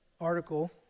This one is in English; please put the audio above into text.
article